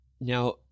Now